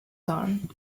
gone